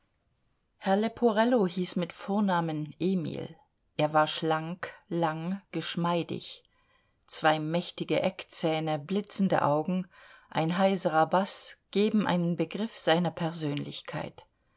herr leporello hieß mit vornamen emil er war schlank lang geschmeidig zwei mächtige eckzähne blitzende augen ein heiserer baß geben einen begriff seiner persönlichkeit